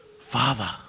Father